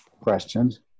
questions